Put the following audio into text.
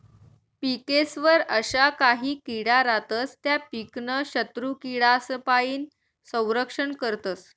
पिकेस्वर अशा काही किडा रातस त्या पीकनं शत्रुकीडासपाईन संरक्षण करतस